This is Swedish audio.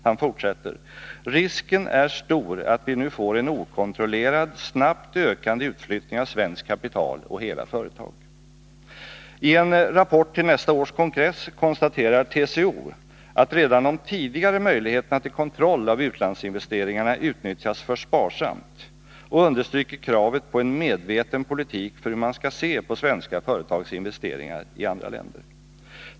Han fortsätter: ”Risken är stor att vi nu får en okontrollerad, snabbt ökande utflyttning av svenskt kapital och hela företag.” I en rapport till nästa års kongress konstaterar TCO att redan de tidigare möjligheterna till kontroll av utlandsinvesteringarna utnyttjats för sparsamt, och man understryker kravet på en medveten politik för hur man skall se på svenska företags investeringar i andra länder.